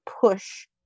push